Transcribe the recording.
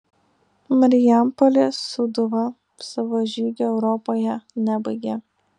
marijampolės sūduva savo žygio europoje nebaigė